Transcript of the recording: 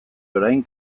orain